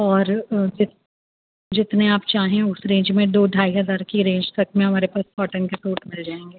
اور جتنے آپ چاہیں اس رینج میں دو ڈھائی ہزار کی رینج تک میں ہمارے پاس کاٹن کے سوٹ مل جائیں گے